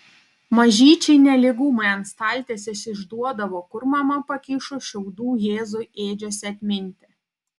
mažyčiai nelygumai ant staltiesės išduodavo kur mama pakišo šiaudų jėzui ėdžiose atminti